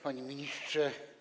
Panie Ministrze!